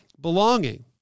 belonging